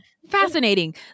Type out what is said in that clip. Fascinating